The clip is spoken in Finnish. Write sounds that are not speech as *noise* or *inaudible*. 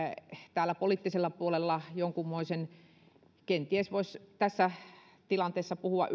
täällä poliittisella puolella jonkunmoisen ylireagoinnin kenties voisi tässä tilanteessa puhua *unintelligible*